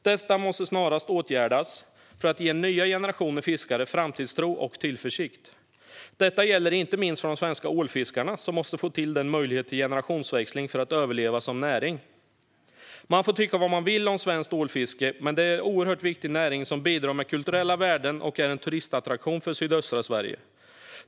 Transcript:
Detta måste snarast åtgärdas för att ge nya generationer fiskare framtidstro och tillförsikt. Detta gäller inte minst för de svenska ålfiskarna, som måste få till denna möjlighet till generationsväxling för att deras näring ska överleva. Man får tycka vad man vill om svenskt ålfiske, men det är en oerhört viktig näring som bidrar med kulturella värden och är en turistattraktion för sydöstra Sverige.